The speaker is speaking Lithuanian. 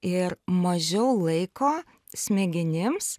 ir mažiau laiko smegenims